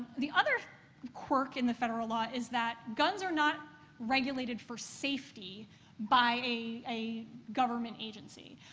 the other quirk in the federal law is that guns are not regulated for safety by a government agency.